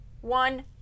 one